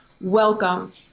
welcome